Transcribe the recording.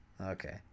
okay